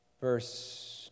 verse